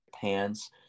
pants